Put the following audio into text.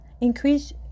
increase